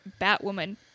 Batwoman